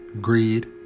greed